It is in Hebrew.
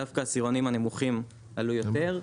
דווקא העשירונים הנמוכים עלו יותר.